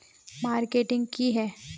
Marketing की है?